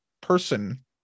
person